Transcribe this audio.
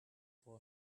for